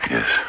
Yes